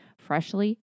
Freshly